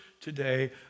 today